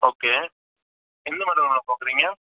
okay எந்த model madam பார்க்குறீங்க